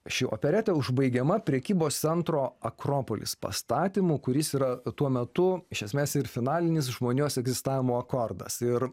ši operetė užbaigiama prekybos centro akropolis pastatymu kuris yra tuo metu iš esmės ir finalinis žmonijos egzistavimo akordas ir